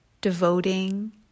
devoting